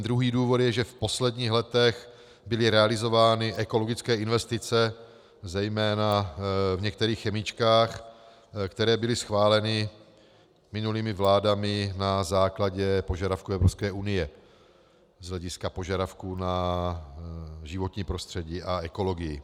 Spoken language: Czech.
Druhý důvod je, že v posledních letech byly realizovány ekologické investice zejména v některých chemičkách, které byly schváleny minulými vládami na základě požadavku Evropské unie z hlediska požadavku na životní prostředí a ekologii.